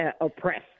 oppressed